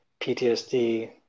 PTSD